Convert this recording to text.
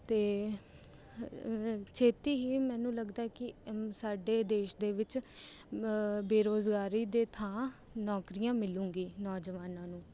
ਅਤੇ ਛੇਤੀ ਹੀ ਮੈਨੂੰ ਲੱਗਦਾ ਹੈ ਕਿ ਸਾਡੇ ਦੇਸ਼ ਦੇ ਵਿੱਚ ਬੇਰੁਜ਼ਗਾਰੀ ਦੀ ਥਾਂ ਨੌਕਰੀਆਂ ਮਿਲੇਗੀ ਨੌਜਵਾਨਾਂ ਨੂੰ